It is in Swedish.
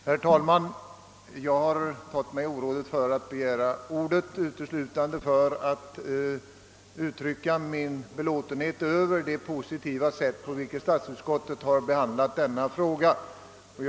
Herr talman! Jag har begärt ordet uteslutande för att uttrycka min belåtenhet över det positiva sätt på vilket statsutskottet har behandlat denna min motion.